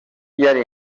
diari